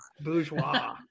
Bourgeois